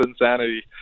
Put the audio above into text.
insanity